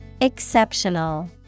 Exceptional